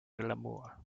glamour